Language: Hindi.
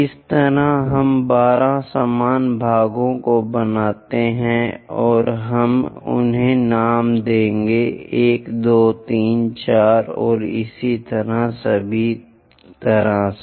इस तरह हम 12 समान भागों को बनाते हैं और हम उन्हें नाम देंगे 1 2 3 4 और इसी तरह सभी तरह से